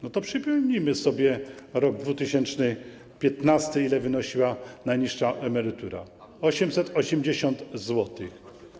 No to przypomnijmy sobie rok 2015, ile wynosiła najniższa emerytura - 880 zł.